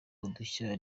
udushya